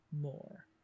more